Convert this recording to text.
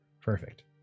Perfect